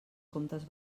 comptes